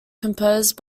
composed